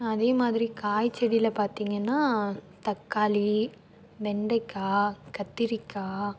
அதே மாதிரி காய் செடியில் பார்த்திங்கன்னா தக்காளி வெண்டைக்காய் கத்திரிக்காய்